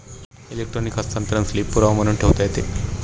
electronic हस्तांतरण slip पुरावा म्हणून ठेवता येते